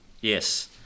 Yes